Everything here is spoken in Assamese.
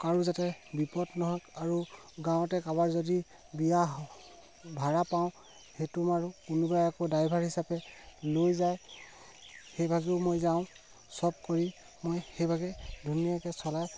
কাৰো যাতে বিপদ নহওক আৰু গাঁৱতে কাৰোবাৰ যদি বিয়া ভাড়া পাওঁ সেইটো মাৰোঁ কোনোবাই আকৌ ড্ৰাইভাৰ হিচাপে লৈ যায় সেইভাগেও মই যাওঁ চব কৰি মই সেইভাগেই ধুনীয়াকৈ চলাই